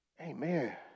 Amen